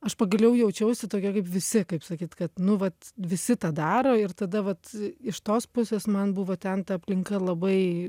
aš pagaliau jaučiausi tokia kaip visi kaip sakyt kad nu vat visi tą daro ir tada vat iš tos pusės man buvo ten ta aplinka labai